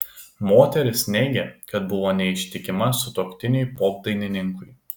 moteris neigė kad buvo neištikima sutuoktiniui popdainininkui